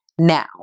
now